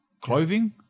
Clothing